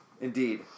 Indeed